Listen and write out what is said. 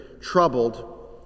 troubled